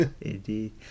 Indeed